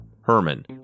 Herman